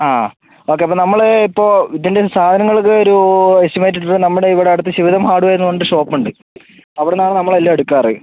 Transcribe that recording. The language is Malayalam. ആ ഓക്കെ അപ്പം നമ്മൾ ഇതിൻ്റെ സാധങ്ങൾക്ക് ഒരു എസ്റ്റിമേറ്റ് ഇട്ടിട്ട് നമ്മുടെ ഇവിടെ അടുത്ത് ശിവദം ഹാർഡ്വെയറീന്ന് പറഞ്ഞിട്ട് ഷോപ്പ് ഉണ്ട് അവിടെന്നാണ് നമ്മൾ എല്ലാം എടുക്കാറ്